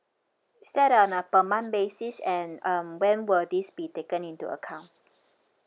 is that on a per month basis and um when will this be taken into account